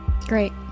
Great